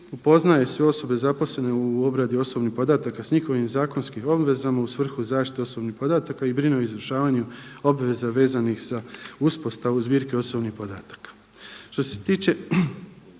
upoznaje sve osobe zaposlene u obradi osobnih podataka sa njihovim zakonskim obvezama u svrhu zaštite osobnih podataka i brine o izvršavanju obveza vezanih za uspostavu zbirke osobnih podataka. Što se tiče